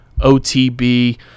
otb